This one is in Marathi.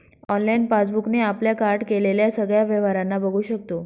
ऑनलाइन पासबुक ने आपल्या कार्ड केलेल्या सगळ्या व्यवहारांना बघू शकतो